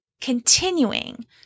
continuing